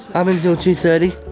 um until two thirty.